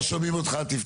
לחלק מהדברים